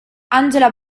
angela